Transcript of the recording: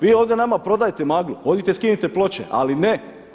Vi ovdje nama prodajete maglu, odite skinite ploče ali ne.